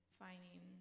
finding